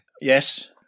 Yes